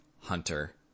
Hunter